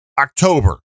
October